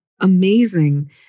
amazing